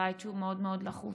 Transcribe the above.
בית שהוא מאוד מאוד לחוץ.